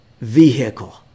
vehicle